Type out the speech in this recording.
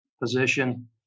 position